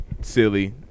silly